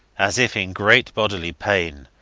as if in great bodily pain,